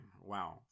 wow